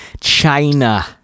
China